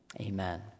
Amen